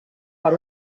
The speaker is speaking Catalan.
per